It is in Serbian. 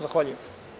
Zahvaljujem.